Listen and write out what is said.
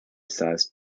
sized